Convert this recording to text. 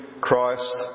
Christ